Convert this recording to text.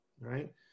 right